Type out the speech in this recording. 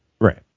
Right